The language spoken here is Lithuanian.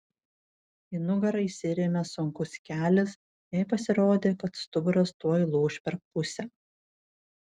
į nugarą įsirėmė sunkus kelis jai pasirodė kad stuburas tuoj lūš per pusę